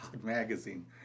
Magazine